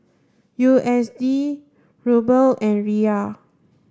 U S D Ruble and Riyal